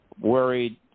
worried